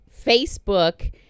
Facebook